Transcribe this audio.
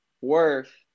worth